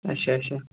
اچھا اچھا